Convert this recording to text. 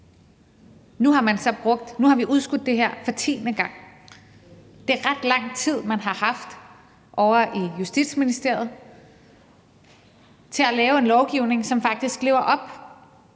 Nu har vi så udskudt det her for tiende gang. Det er ret lang tid, man har haft ovre i Justitsministeriet til at lave en lovgivning, som faktisk lever op